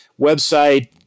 website